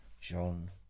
John